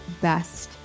best